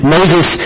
Moses